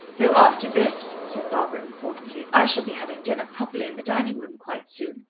though after this, said barbara importantly, i shall be having dinner properly in the dining-room quite soon.